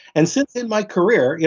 and since, in my career, yeah